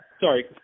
Sorry